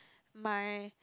my